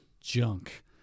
junk